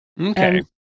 Okay